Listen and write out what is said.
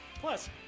Plus